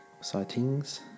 sightings